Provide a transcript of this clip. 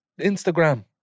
Instagram